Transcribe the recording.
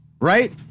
right